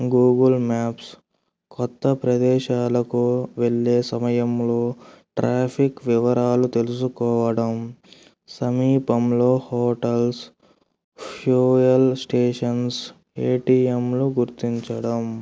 Google maps కొత్త ప్రదేశాలకు వెళ్ళే సమయంలో ట్రాఫిక్ వివరాలు తెలుసుకోవడం సమీపంలో హోటల్స్ ఫ్యూయల్ స్టేషన్స్ ఏటీఎంలు గుర్తించడం